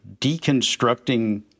deconstructing